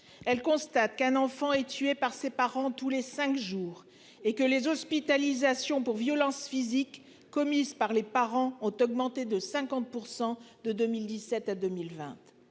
Elle constate qu'un enfant est tué par ses parents, tous les cinq jours et que les hospitalisations pour violences physiques commises par les parents ont augmenté de 50%, de 2017 à 2020